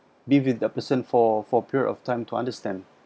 be with the person for for period of time to understand